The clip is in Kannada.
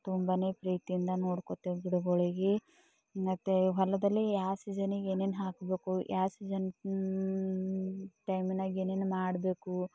ತುಂಬನೇ ಪ್ರೀತಿಯಿಂದ ನೋಡ್ಕೋತೀವಿ ಗಿಡಗಳಿಎ ಮತ್ತೆ ಹೊಲದಲ್ಲಿ ಯಾವ ಸೀಸನ್ನಿಗೆ ಏನೇನು ಹಾಕಬೇಕು ಯಾವ ಸೀಸನ್ ಟೈಮಿನಾಗೆ ಏನೇನು ಮಾಡಬೇಕು